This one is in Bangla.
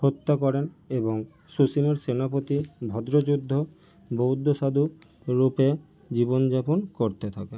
হত্যা করেন এবং সুসীমের সেনাপতি ভদ্রযোদ্ধ বৌদ্ধ সাধক রূপে জীবনযাপন করতে থাকে